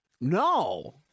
no